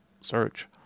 search